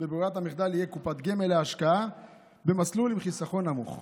בברירת המחדל יהיה קופת גמל להשקעה במסלול עם סיכון נמוך,